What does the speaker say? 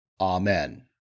Amen